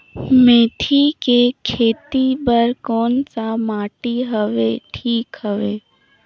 मेथी के खेती बार कोन सा माटी हवे ठीक हवे?